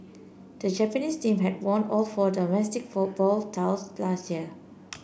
the Japanese team had won all four domestic football last year